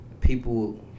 people